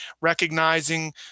recognizing